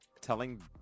telling